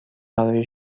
برای